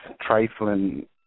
trifling